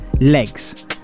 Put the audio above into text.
legs